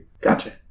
Gotcha